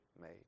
made